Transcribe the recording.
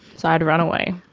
so i'd run away,